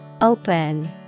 Open